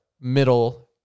middle